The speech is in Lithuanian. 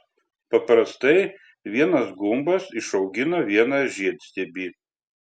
paprastai vienas gumbas išaugina vieną žiedstiebį